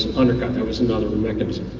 undercut. there was another mechanism.